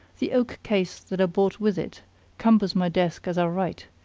the oak case that i bought with it cumbers my desk as i write,